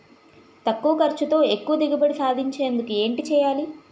తక్కువ ఖర్చుతో ఎక్కువ దిగుబడి సాధించేందుకు ఏంటి చేయాలి?